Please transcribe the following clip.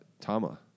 Tama